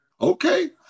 Okay